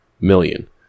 million